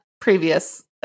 previous